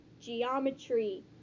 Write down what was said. Geometry